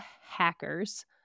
hackers